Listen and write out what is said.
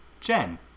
Jen